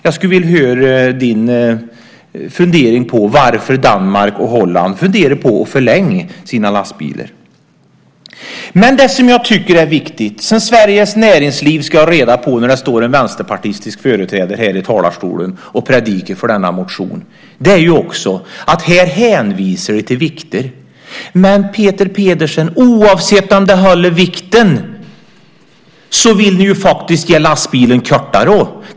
Jag skulle vilja höra din fundering kring varför Danmark och Holland funderar på att förlänga sina lastbilar. Det som jag tycker är viktigt och som Sveriges näringsliv ska ha reda på när det står en vänsterpartistisk företrädare här i talarstolen och predikar för denna motion är att man här hänvisar till vikter. Men, Peter Pedersen, oavsett om den håller vikten vill ni ju faktiskt göra lastbilen kortare.